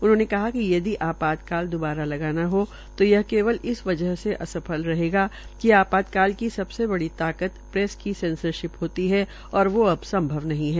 उन्होंने कहा कि यदि आपातकाल दुबारा लगाना हो तो यह केवल इस वजह से असफल रहेगा कि आपात्तकालीन की सबसे बड़ी ताकत प्रेस की सेंसरशिप होती है और वो अब संभव नहीं है